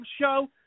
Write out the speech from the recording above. show